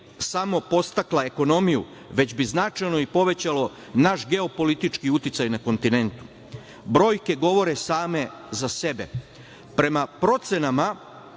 samo podstakla ekonomiju, već bi značajno i povećalo naš geopolitički uticaj na kontinentu. Brojke govore same za sebe. Prema procenama,